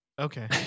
Okay